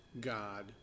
God